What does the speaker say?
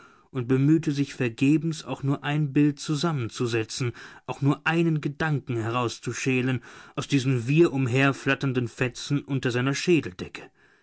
und bemühte sich vergebens auch nur ein bild zusammenzusetzen auch nur einen gedanken herauszuschälen aus diesen wirr umherflatternden fetzen unter seiner schädeldecke